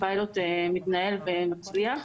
הפיילוט מתנהל ומצליח.